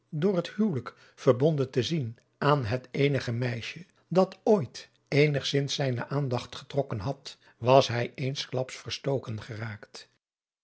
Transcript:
doop het huwelijk verbonden te zien aan het eenige meisje dat ooit eenigzins zijne aandacht getrokken had was hij eensklaps verstoken geraakt